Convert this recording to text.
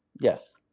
Yes